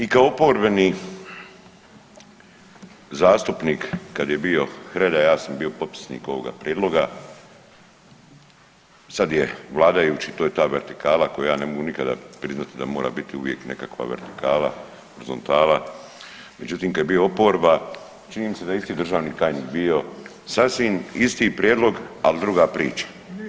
I kao oporbeni zastupnik kad je bio Hrelja ja sam bio potpisnik ovoga prijedloga, sad je vladajući to je ta vertikala koju ja ne mogu priznati da mora biti uvijek nekakva vertikala, horizontala, međutim kad je bio oporba čini mi se da je isti državni tajnik bio, sasvim isti prijedlog ali druga priča.